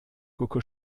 coco